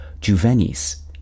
juvenis